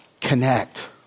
Connect